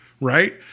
Right